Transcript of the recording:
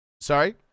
Sorry